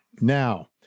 Now